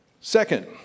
Second